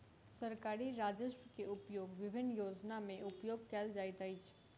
सरकारी राजस्व के उपयोग विभिन्न योजना में उपयोग कयल जाइत अछि